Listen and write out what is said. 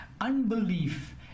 unbelief